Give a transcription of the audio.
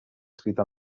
scritta